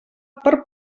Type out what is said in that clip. per